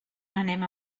anem